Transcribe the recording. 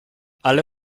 alle